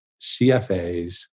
CFAs